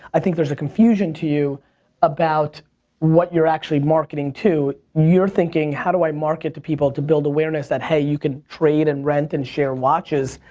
i think there's a confusion to you about what you're actually marketing to. you're thinking, how do i market to people to build awareness that, hey, you can trade and rent and share watches.